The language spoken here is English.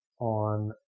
on